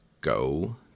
Go